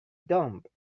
but